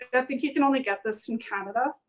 i think you can only get this in canada.